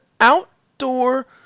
outdoor